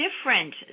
different